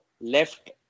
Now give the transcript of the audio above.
left